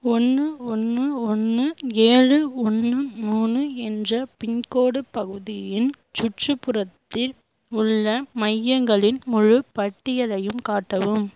ஒன்று ஒன்று ஒன்று ஏழு ஒன்று மூணு என்ற பின்கோடு பகுதியின் சுற்றுப்புறத்தில் உள்ள மையங்களின் முழுப் பட்டியலையும் காட்டவும்